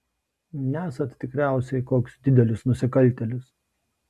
nesat tikriausiai koks didelis nusikaltėlis